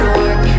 work